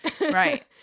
right